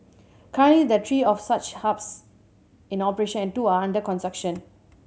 currently there are three of such hubs in operation and two are under construction